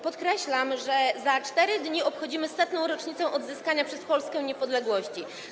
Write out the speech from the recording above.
Podkreślam, że za 4 dni obchodzimy 100. rocznicę odzyskania przez Polskę niepodległości.